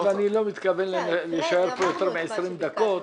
ואני לא מתכוון להישאר פה יותר מ-20 דקות...